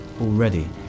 Already